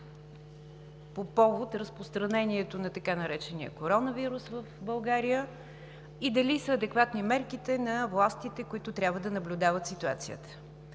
по повод разпространението на така наречения коронавирус в България, и дали са адекватни мерките на властите, които трябва да наблюдават ситуацията?